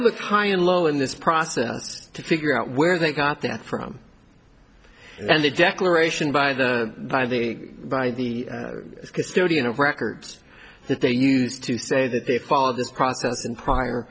was high and low in this process to figure out where they got that from and the declaration by the by the by the custodian of records that they used to say that they followed this process in prior